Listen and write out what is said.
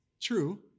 true